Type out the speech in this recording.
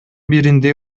биринде